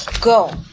go